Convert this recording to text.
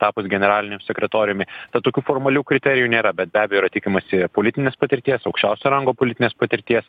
tapus generaliniu sekretoriumi tad tokių formalių kriterijų nėra bet be abejo yra tikimasi politinės patirties aukščiausio rango politinės patirties